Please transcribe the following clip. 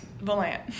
Volant